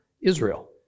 Israel